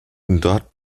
dort